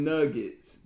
Nuggets